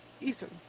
Ethan